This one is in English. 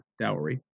dowry